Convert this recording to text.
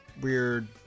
weird